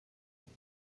with